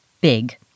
big